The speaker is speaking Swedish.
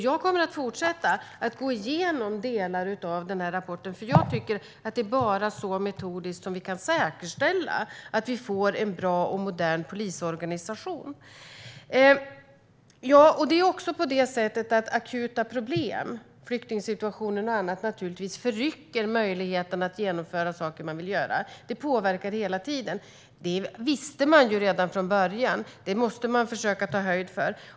Jag kommer att fortsätta att gå igenom delar av den här rapporten, för jag tycker att det bara är så metodiskt som vi kan säkerställa att vi får en bra och modern polisorganisation. Akuta problem, flyktingsituationen och annat, förrycker naturligtvis möjligheten att genomföra saker man vill göra. Det påverkar hela tiden. Det visste man redan från början. Det måste man försöka ta höjd för.